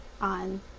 on